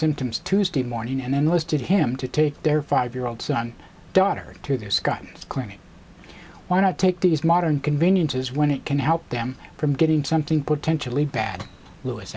symptoms tuesday morning and then listed him to take their five year old son daughter to scotland claiming why not take these modern conveniences when it can help them from getting something potentially bad lewis